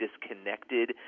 disconnected